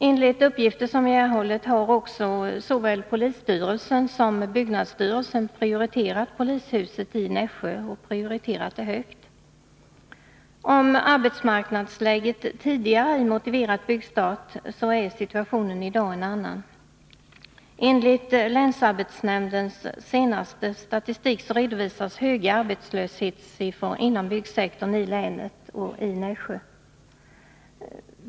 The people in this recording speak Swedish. Enligt uppgifter som vi har erhållit har dessutom såväl polisstyrelsen som byggnadsstyrelsen prioriterat polishuset i Nässjö högt. Om arbetsmarknadsläget tidigare ej motiverat byggstart, så är situationen i dag en annan. I länsarbetsnämndens senaste statistik redovisas höga arbetslöshetssiffror inom byggsektorn i länet och i Nässjö.